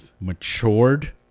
matured